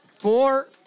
four